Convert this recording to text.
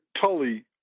Tully